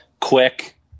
Quick